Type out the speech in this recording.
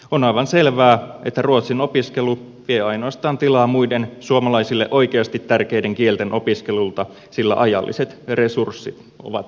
on aivan selvää että ruotsin opiskelu vie ainoastaan tilaa muiden suomalaisille oikeasti tärkeiden kielten opiskelulta sillä ajalliset resurssit ovat rajalliset